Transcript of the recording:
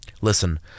Listen